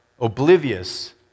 oblivious